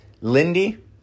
Lindy